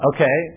Okay